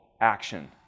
action